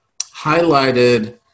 highlighted